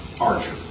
Archer